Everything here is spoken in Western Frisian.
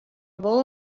wol